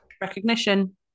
Recognition